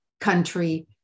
country